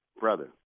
brother